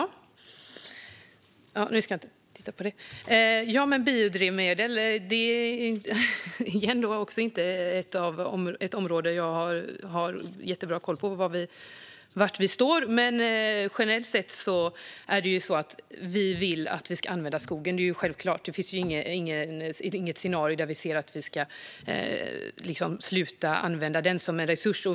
Fru talman! Biodrivmedel är inte heller ett område som jag har jättebra koll på när det gäller var vi står. Men generellt sett vill vi att skogen ska användas. Det är självklart. Det finns inget scenario där vi ser att vi ska sluta använda skogen som en resurs.